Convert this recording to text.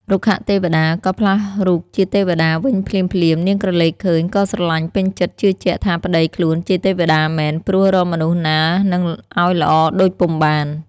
រុក្ខទេវតាក៏ផ្លាស់រូបជាទេវតាវិញភ្លាមៗ នាងក្រឡេកឃើញក៏ស្រលាញ់ពេញចិត្ដ ជឿជាក់ ថាប្ដីខ្លួនជាទេវតាមែន ព្រោះរកមនុស្សណានិងឱ្យល្អដូចពុំបាន ។